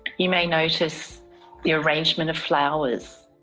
you may notice the arrangement of flowers.